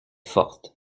fortes